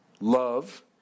love